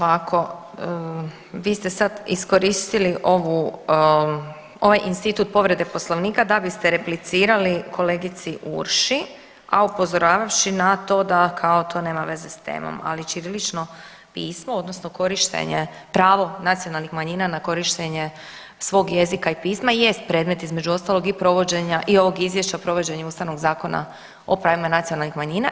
Ovako, vi ste sad iskoristili ovu, ovaj institut povrede Poslovnika da biste replicirali kolegici Urši, a upozoravavši na to da kao to nema veze s temom, ali ćirilično pismo odnosno korištenje, pravo nacionalnih manjina na korištenje svog jezika i pisma jest predmet između ostalog i provođenja i ovog izvješća o provođenju Ustavnog zakona o pravima nacionalnih manjina.